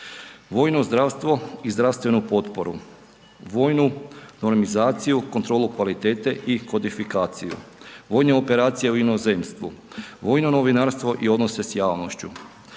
vojno zdravstvo i zdravstvenu potporu, vojnu .../Govornik se ne razumije./... kontrolu kvalitete i kodifikaciju, vojne operacije u inozemstvu, vojno novinarstvo i odnose sa javnošću,